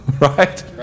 Right